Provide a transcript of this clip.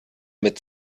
mit